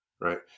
right